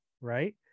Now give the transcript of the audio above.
right